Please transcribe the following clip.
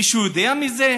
מישהו יודע מזה?